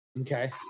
Okay